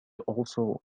also